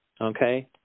okay